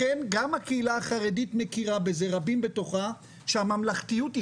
לכן גם רבים בקהילה החרדית מכירים בזה שהממלכתיות היא